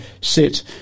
sit